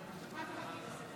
חברותיי